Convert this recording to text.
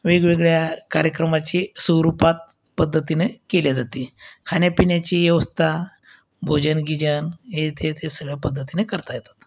वेगवेगळ्या कार्यक्रमाची स्वरूपात पद्धतीने केल्या जाते खाण्यापिण्याची व्यवस्था भोजन गीजन हे ते ते सगळ्या पद्धतीने करता येतात